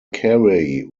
carey